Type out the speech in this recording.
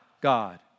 God